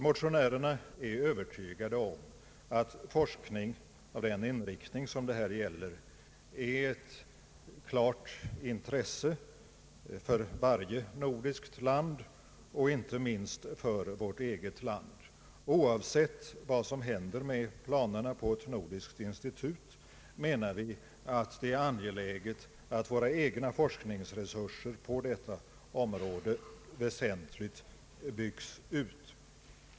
Motionärerna är övertygade om att forskning med den inriktning som det här gäller är ett klart intresse för varje nordiskt land, inte minst för vårt eget. Oavsett vad som händer med planerna på ett nordiskt in stitut menar vi att det är angeläget att vårt lands egna forskningsresurser på detta område har väsentligt byggts ut.